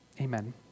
amen